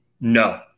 No